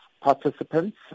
participants